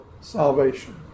salvation